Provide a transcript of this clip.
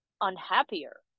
unhappier